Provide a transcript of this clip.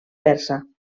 persa